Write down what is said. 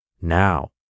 Now